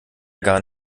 gar